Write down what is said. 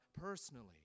personally